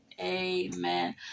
Amen